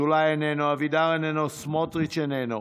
אזולאי, איננו, אבידר, איננו, סמוטריץ' איננו,